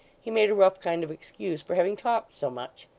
he made a rough kind of excuse for having talked so much.